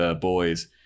boys